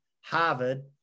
Harvard